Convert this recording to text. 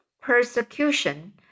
persecution